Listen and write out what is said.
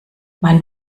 man